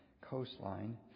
coastline